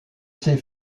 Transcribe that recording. ses